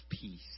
peace